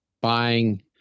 buying